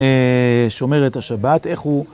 שומר את השבת, איך הוא...